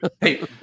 Hey